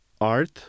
art